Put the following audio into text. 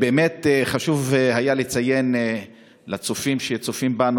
באמת חשוב היה לציין לצופים שצופים בנו